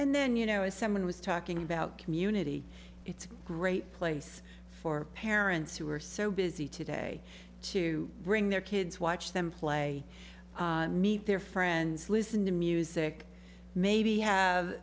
and then you know as someone was talking about community it's a great place for parents who are so busy today to bring their kids watch them play meet their friends listen to music maybe have